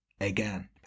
again